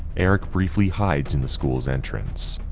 eric briefly hides in the school's entrance